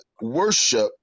worship